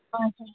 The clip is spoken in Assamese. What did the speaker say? হয় ছাৰ